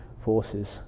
Forces